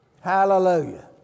Hallelujah